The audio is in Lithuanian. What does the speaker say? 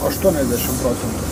aštuoniasdešimt procentų